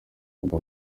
ubwo